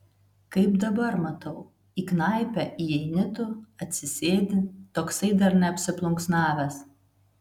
kaip dabar matau į knaipę įeini tu atsisėdi toksai dar neapsiplunksnavęs